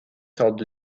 told